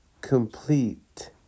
complete